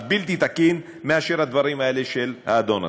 הבלתי-תקין, מאשר הדברים האלה של האדון הזה?